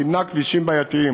סימנה כבישים בעייתיים